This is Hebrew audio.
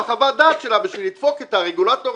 חוות הדעת שלה בשביל לדפוק את הרגולטור